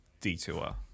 detour